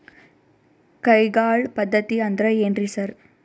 ಕೈಗಾಳ್ ಪದ್ಧತಿ ಅಂದ್ರ್ ಏನ್ರಿ ಸರ್?